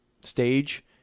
stage